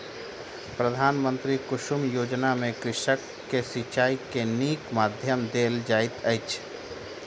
प्रधानमंत्री कुसुम योजना में कृषक के सिचाई के नीक माध्यम देल जाइत अछि